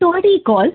ਤੁਹਾਡੀ ਕੌਲ